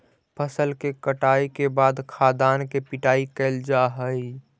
फसल के कटाई के बाद खाद्यान्न के पिटाई कैल जा हइ